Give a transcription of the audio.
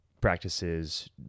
practices